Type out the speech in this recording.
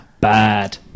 bad